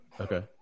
Okay